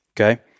Okay